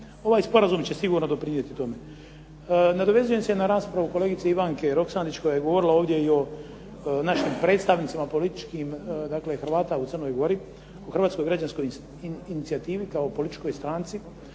Ovaj sporazum će sigurno doprinijeti tome. Nadovezujem se na raspravu kolegice Ivanke Roksandić koja je govorila ovdje i o našim predstavnicima političkim Hrvata u Crnoj Gori, o hrvatskoj građanskoj inicijativi kao političkoj stranci